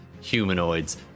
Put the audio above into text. humanoids